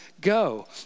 go